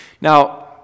Now